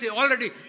already